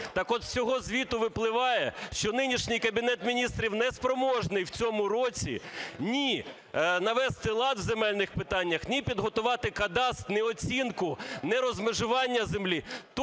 Так от з цього звіту випливає, що нинішній Кабінет Міністрів неспроможний в цьому році ні навести лад в земельних питаннях, ні підготувати кадастр, ні оцінку, ні розмежування землі,